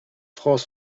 francs